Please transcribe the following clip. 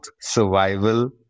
survival